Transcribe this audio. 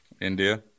India